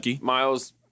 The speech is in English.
Miles